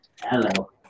Hello